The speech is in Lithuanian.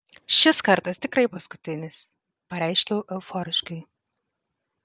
šis kartas tikrai paskutinis pareiškiau euforiškai